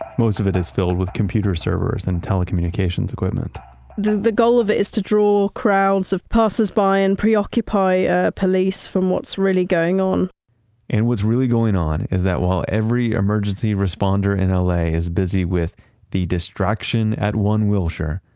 most of it is filled with computer servers and telecommunications equipment the the goal of it is to draw crowds of passersby and preoccupy ah police from what's really going on and what's really going on, is that while every emergency responder in la is busy with the distraction at one wilshire,